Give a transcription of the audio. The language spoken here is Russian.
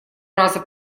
раза